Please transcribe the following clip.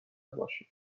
باشیم